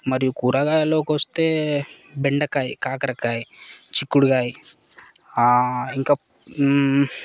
మరి కూరగాయల్లోకొస్తే బెండకాయ కాకరకాయ చిక్కుడుకాయ